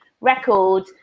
record